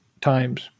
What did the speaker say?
times